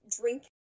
Drink